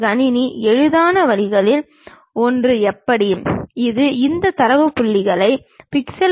கிடைமட்ட தளத்திற்கு மேலே மற்றும் கீழே என்பது அந்தப் பொருளின் நிலையை குறிக்கிறது